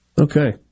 Okay